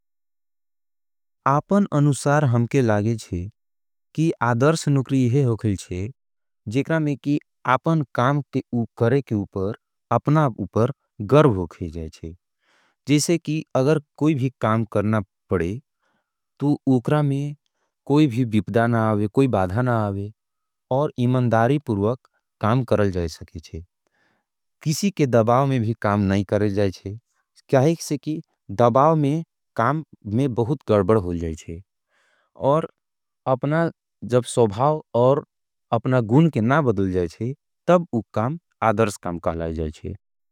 आपन अनुसार हमके लागे छे की आदर्स नुकरी यहे होखेल छे। जेकरा में की आपन काम के उकरे के उपर, अपना उपर गर्भ होखे जाय छे। और अपना जब सौभाव और अपना गुन के ना बदल जाय छे, तब उक काम आदर्स काम कहला जाय छे।